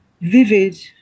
vivid